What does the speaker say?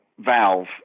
valve